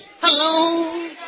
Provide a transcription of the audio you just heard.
Hello